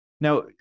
Now